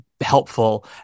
helpful